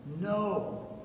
no